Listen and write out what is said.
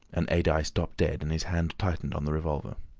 and adye stopped dead and his hand tightened on the revolver.